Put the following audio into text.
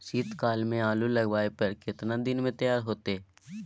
शीत काल में आलू लगाबय पर केतना दीन में तैयार होतै?